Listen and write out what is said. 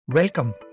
Welcome